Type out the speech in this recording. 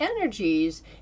energies